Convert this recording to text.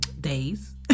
days